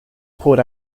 poured